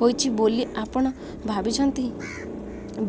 ହୋଇଛି ବୋଲି ଆପଣ ଭାବିଛନ୍ତି